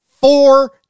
four